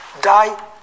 die